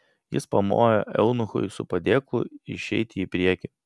jis pamojo eunuchui su padėklu išeiti į priekį